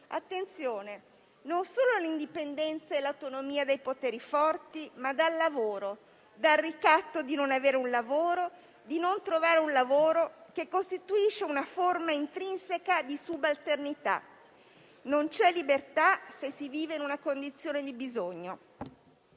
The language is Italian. Attenzione, non solo l'indipendenza e l'autonomia dai poteri forti, ma dal lavoro e dal ricatto di non averne né trovarne uno, che costituisce una forma intrinseca di subalternità. Non c'è libertà, se si vive in una condizione di bisogno.